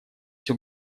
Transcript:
все